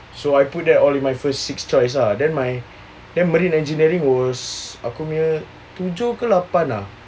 so I put there only my first six choice ah then my marine engineering was aku nya tujuh ke lapan ah